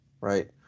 right